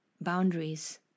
boundaries